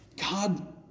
God